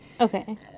Okay